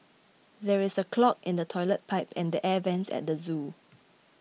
there is a clog in the Toilet Pipe and the Air Vents at the zoo